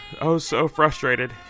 oh-so-frustrated